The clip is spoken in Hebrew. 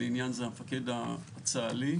לעניין זה המפקד הצה"לי,